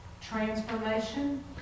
Transformation